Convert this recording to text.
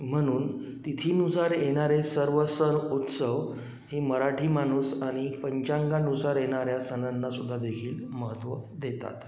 म्हणून तिथीनुसार येणारे सर्व सण उत्सव हे मराठी माणूस आणि पंचांगानुसार येणाऱ्या सणांनासुद्धा देखील महत्त्व देतात